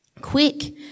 Quick